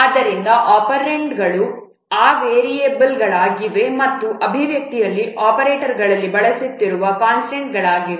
ಆದ್ದರಿಂದ ಒಪೆರಾಂಡ್ಗಳು ಆ ವೇರಿಯೇಬಲ್ಗಳಾಗಿವೆ ಮತ್ತು ಅಭಿವ್ಯಕ್ತಿಯಲ್ಲಿ ಆಪರೇಟರ್ಗಳಲ್ಲಿ ಬಳಸುತ್ತಿರುವ ಕಾನ್ಸ್ಟಂಟ್ಗಳಾಗಿವೆ